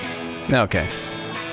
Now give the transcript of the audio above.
Okay